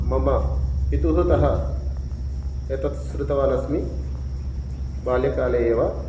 मम पितृतः एतत् श्रुतवान् अस्मि बाल्यकाले एव